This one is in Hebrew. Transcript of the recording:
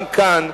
גם כאן,